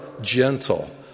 gentle